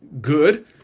good